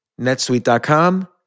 Netsuite.com